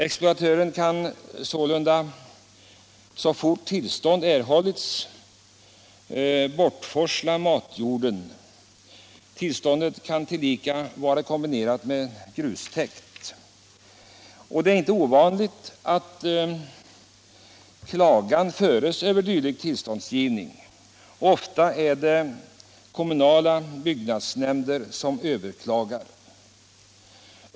Exploatören kan sålunda så fort tillstånd erhållits bortforsla matjorden. Tillståndet kan tillika vara kombinerat med tillstånd för grustäkt. Det är inte ovanligt att klagan förs över dylik tillståndsgivning. Ofta är det kommunala byggnadsnämnder som överklagar.